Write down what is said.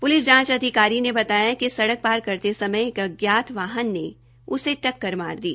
police जांच अधिकारी हरबीर सिह ने बताया कि सड़क पार करते समय एक अज्ञात वाहन ने उसे टक्कर मार दी